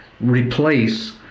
replace